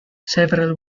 several